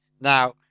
now